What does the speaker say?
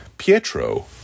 Pietro